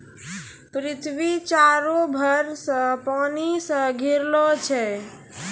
पृथ्वी चारु भर से पानी से घिरलो छै